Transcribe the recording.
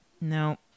No